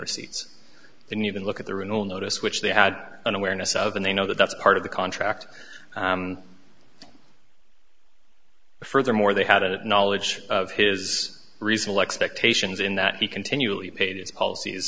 seats didn't even look at the renewal notice which they had an awareness of and they know that that's part of the contract furthermore they had a knowledge of his reasonable expectations in that he continually paid policies